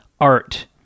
art